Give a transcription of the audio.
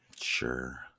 Sure